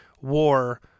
War